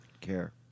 care